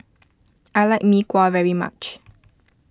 I like Mee Kuah very much